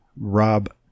Rob